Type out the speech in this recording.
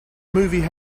movie